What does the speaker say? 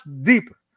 deeper